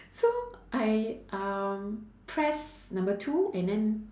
so I um press number two and then